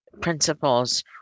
principles